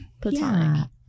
platonic